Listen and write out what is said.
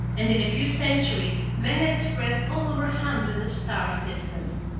and in a few centuries man had spread all over hundreds of star-systems.